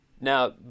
Now